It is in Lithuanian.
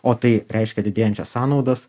o tai reiškia didėjančias sąnaudas